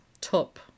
top